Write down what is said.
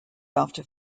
after